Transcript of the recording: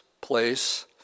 place